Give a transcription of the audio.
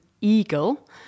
eagle